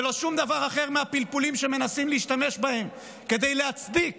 ולא שום דבר אחר מהפלפולים שמנסים להשתמש בהם כדי להצדיק